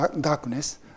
darkness